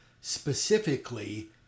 specifically